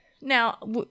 Now